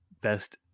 best